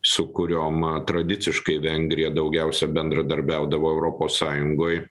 su kuriom tradiciškai vengrija daugiausia bendradarbiaudavo europos sąjungoj